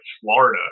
Florida